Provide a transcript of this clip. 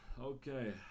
Okay